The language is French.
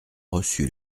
reçu